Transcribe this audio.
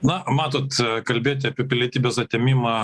na matot kalbėti apie pilietybės atėmimą